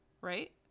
right